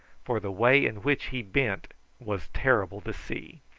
for the way in which he bent was terrible to see.